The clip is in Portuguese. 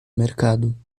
mercado